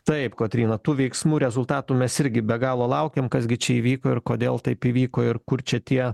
taip kotryna tų veiksmų rezultatų mes irgi be galo laukiam kas gi čia įvyko ir kodėl taip įvyko ir kur čia tie